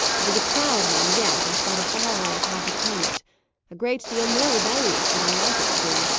it is a proud one yet, in spite of all i have had to tame it a great deal more rebellious than i like it to be.